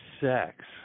sex